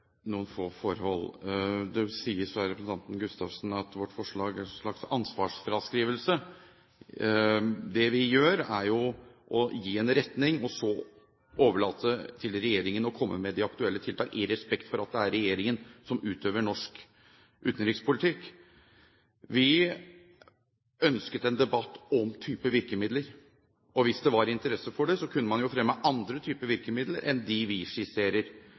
noen få forhold. Det sies av representanten Gustavsen at vårt forslag er en slags ansvarsfraskrivelse. Det vi gjør, er å gi en retning og så overlate til regjeringen å komme med de aktuelle tiltakene, i respekt for at det er regjeringen som utøver norsk utenrikspolitikk. Vi ønsket en debatt om typer virkemidler. Hvis det var interesse for det, kunne man jo fremme andre typer virkemidler enn dem vi skisserer.